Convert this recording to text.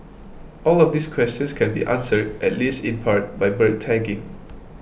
all of these questions can be answered at least in part by bird tagging